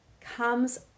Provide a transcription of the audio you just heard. comes